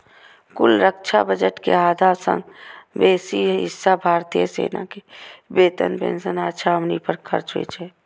कुल रक्षा बजट के आधा सं बेसी हिस्सा भारतीय सेना के वेतन, पेंशन आ छावनी पर खर्च होइ छै